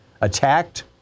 Attacked